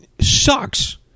sucks